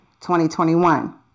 2021